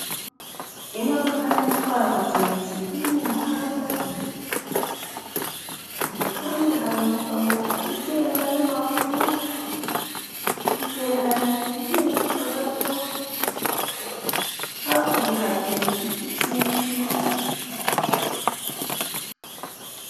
Imodoka nini itwara abagenzi iri mu muhanda, ku ruhande hari umugabo ugenda n'amaguru, imbere hari moto ihinguka gato, hakurya hateye ibiti byinshi.